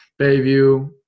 Bayview